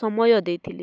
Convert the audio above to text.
ସମୟ ଦେଇଥିଲି